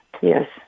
yes